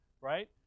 Right